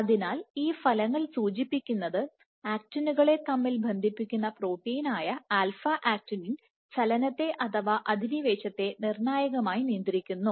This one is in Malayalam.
അതിനാൽ ഈ ഫലങ്ങൾ സൂചിപ്പിക്കുന്നത് ആക്റ്റിനുകളെ തമ്മിൽ ബന്ധിപ്പിക്കുന്ന പ്രോട്ടീനായ ആൽഫ ആക്ടിനിൻ α Actinins ചലനത്തെ അഥവാ അധിനിവേശത്തെ നിർണായകമായി നിയന്ത്രിക്കുന്നു